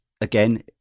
again